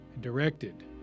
Directed